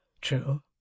True